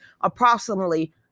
approximately